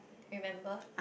remember